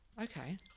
okay